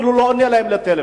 אפילו לא עונה להם לטלפון.